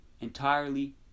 entirely